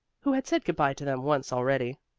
who had said good-bye to them once already.